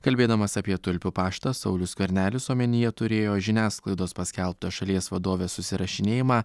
kalbėdamas apie tulpių paštą saulius skvernelis omenyje turėjo žiniasklaidos paskelbtą šalies vadovės susirašinėjimą